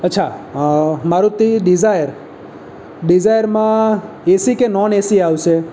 અચ્છા મારુતિ ડિઝાયર ડિઝાયરમાં એસી કે નોન એસી આવશે